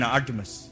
Artemis